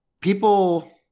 People